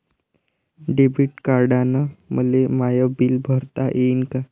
Debit कार्डानं मले my bill भरता येईन का?